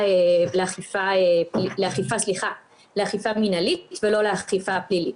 לאכיפה מנהלית ולא לאכיפה פלילית.